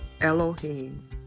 Elohim